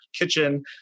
kitchen